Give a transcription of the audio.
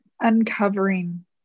uncovering